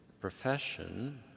profession